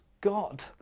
God